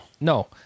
No